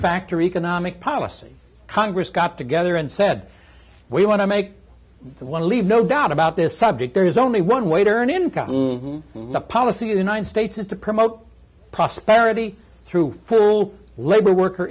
factor economic policy congress got together and said we want to make one leave no doubt about this subject there is only one way to earn income the policy united states is to promote prosperity through full labor worker